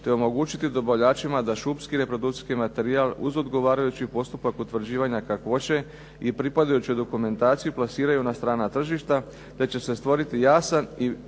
te omogućiti dobavljačima da šumski reprodukcijski materijal uz odgovarajući postupak utvrđivanja kakvoće i pripadajuće dokumentacije plasiraju na strana tržišta te će se stvoriti jasan i